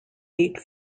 eight